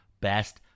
best